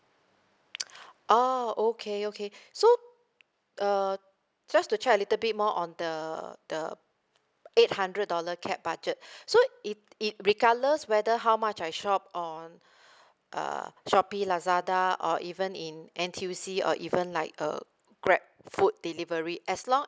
oh okay okay so uh just to check a little bit more on the the eight hundred dollar cap budget so it it regardless whether how much I shop on uh shopee lazada or even in N_T_U_C or even like uh grab food delivery as long